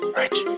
rich